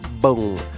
boom